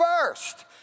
first